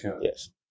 Yes